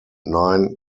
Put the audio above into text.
nine